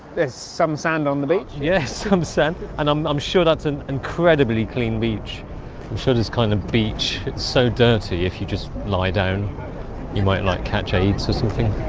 it's some sand on the beach. yes, i'm sent and i'm i'm sure that's an incredibly clean beach i'm sure this kind of beach. it's so dirty if you just lie down you might like catch i eats or something.